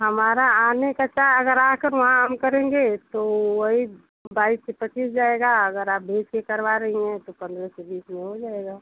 हमारा आने का अगर आकर वहाँ हम करेंगे तो वही बाइस से पच्चीस जाएगा अगर आप भेज के करवा रही हैं तो पन्द्रह से बीस में हो जाएगा